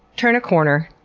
turn a corner,